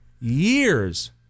years